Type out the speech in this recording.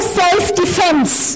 self-defense